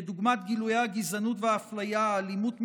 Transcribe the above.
כדוגמת גילויי הגזענות והאפליה, אלימות משטרתית,